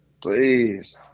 Please